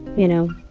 you know,